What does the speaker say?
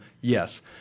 yes